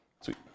Sweet